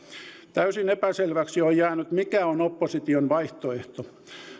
täysin epäselväksi on jäänyt mikä on opposition vaihtoehto